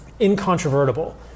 incontrovertible